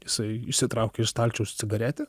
jisai išsitraukė iš stalčiaus cigaretę